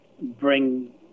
bring